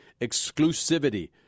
exclusivity